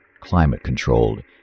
climate-controlled